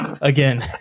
Again